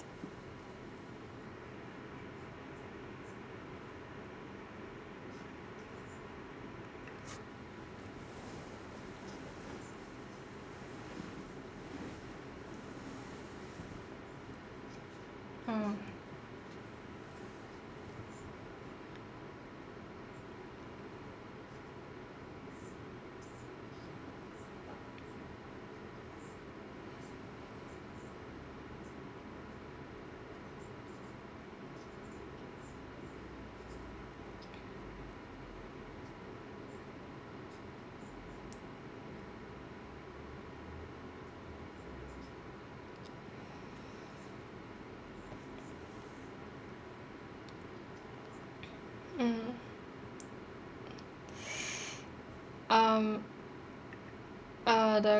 orh mm um uh the